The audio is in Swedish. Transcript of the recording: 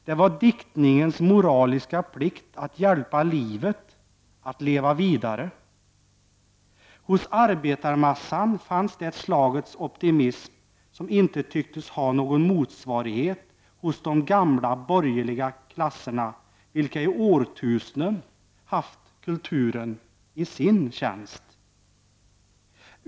Det var diktningens moraliska plikt att hjälpa livet att leva vidare. Hos arbetarmassan fanns det slagets optimism som inte tycktes ha någon motsvarighet hos de gamla borgerliga klasserna vilka i årtusenden haft kulturen i sin tjänst.